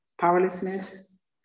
powerlessness